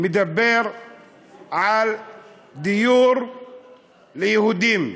מדבר על דיור ליהודים,